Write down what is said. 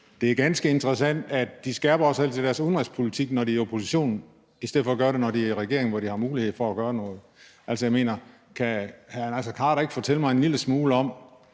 Det er ganske interessant, at de også altid skærper deres udenrigspolitik, når de er i opposition, i stedet for at gøre det, når de er i regering, hvor de har mulighed for at gøre noget. Kan hr. Naser Khader ikke fortælle mig en lille smule om